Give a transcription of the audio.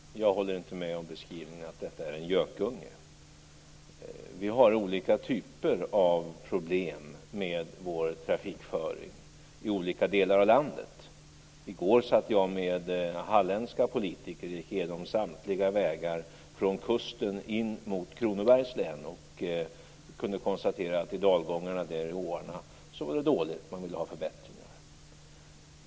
Herr talman! Jag håller inte med om beskrivningen att detta är en gökunge. Vi har olika typer av problem med vår trafikföring i olika delar av landet. I går satt jag med halländska politiker och gick igenom samtliga vägar från kusten in mot Kronobergs län. Vi kunde konstatera att det var dåligt i dalgångarna och vid åarna. Man ville ha förbättringar.